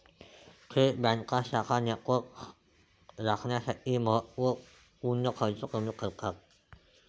थेट बँका शाखा नेटवर्क राखण्यासाठी महत्त्व पूर्ण खर्च कमी करतात